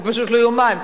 זה פשוט לא ייאמן,